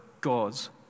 God's